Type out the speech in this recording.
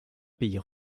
pays